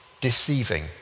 deceiving